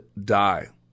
die